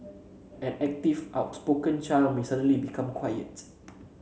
an active outspoken child may suddenly become quiet